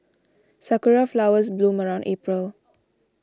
sakura flowers bloom around April